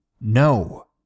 No